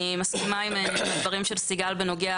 אני מסכימה עם הדברים של סיגל בנוגע